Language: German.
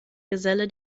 geselle